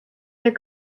their